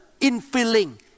infilling